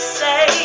say